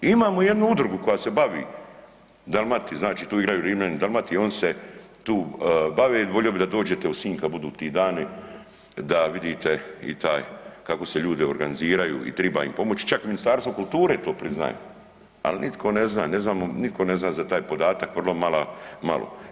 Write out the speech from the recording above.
Imamo jednu udrugu koja se bavi „Dalmati“, znači tu igraju Rimljani i Dalmati, oni se tu bave, volio bi da dođete u Sinj kad budu ti dani da vidite i taj kako se ljudi organiziraju i triba im pomoći, čak i Ministarstvo kulture to priznaje, al nitko ne zna, ne znamo, niko ne zna za taj podatak, vrlo malo.